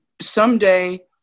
Someday